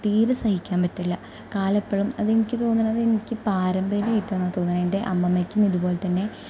തീരെ സഹിക്കാൻ പറ്റില്ല കാല് എപ്പോഴും അതെനിക്ക് തോന്നുന്നു എനിക്ക് പാരമ്പര്യമായിട്ടാണെന്നു തോന്നണെ എൻ്റെ അമ്മമ്മക്കും ഇതുപോലെ തന്നെ